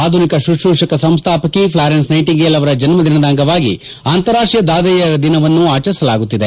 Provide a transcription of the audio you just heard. ಆಧುನಿಕ ಶುಶ್ರೂಷಕ ಸಂಸ್ಥಾಪಕಿ ಫ್ಲಾ ರೆನ್ಸ ನೈಟಿಂಗೇಲ್ ಅವರ ಜನ್ಮ ದಿನದ ಅಂಗವಾಗಿ ಅಂತಾರಾಷ್ಟೀಯ ದಾದಿಯರ ದಿನವನ್ನು ಆಚರಿಸಲಾಗುತ್ತಿದೆ